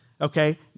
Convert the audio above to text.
Okay